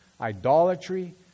idolatry